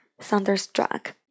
thunderstruck